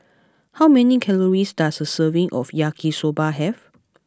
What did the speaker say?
how many calories does a serving of Yaki Soba have